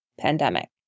pandemic